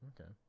Okay